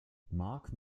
mark